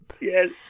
Yes